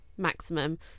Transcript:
maximum